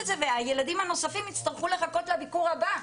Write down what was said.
אותו והילדים הנוספים יצטרכו לחכות לביקור הבא.